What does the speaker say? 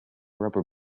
rubber